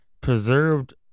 preserved